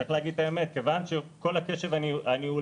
וצריך להגיד את האמת כיוון שכל הקשב הניהולי